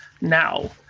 now